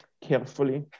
carefully